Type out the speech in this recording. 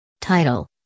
Title